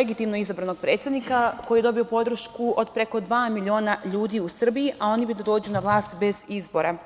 legitimno izabranog predsednika, koji je dobio podršku od preko dva miliona ljudi u Srbiji, dok bi oni da dođu na vlast bez izbora.